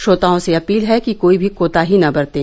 श्रोताओं से अपील है कि कोई भी कोताही न बरतें